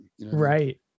right